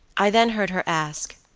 i then heard her ask